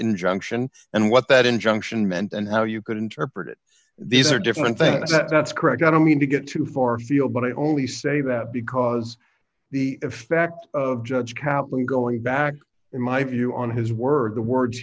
injunction and what that injunction meant and how you could interpret it these are different things that's correct i don't mean to get too far afield but i only say that because the fact of judge kaplan going back in my view on his word the words